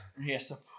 Yes